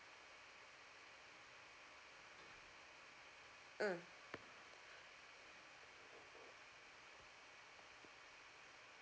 mm